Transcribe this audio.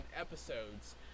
episodes